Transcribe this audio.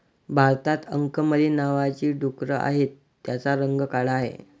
भारतात अंकमली नावाची डुकरं आहेत, त्यांचा रंग काळा आहे